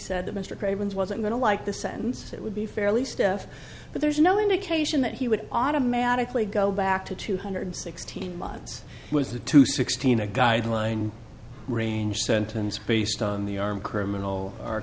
said that mr craven's wasn't going to like the sentence that would be fairly stiff but there's no indication that he would automatically go back to two hundred sixteen months was the two sixteen a guideline range sentence based on the arm criminal or